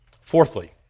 Fourthly